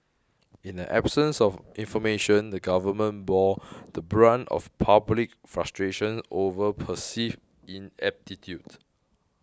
in the absence of information the government bore the brunt of public frustration over perceived ineptitude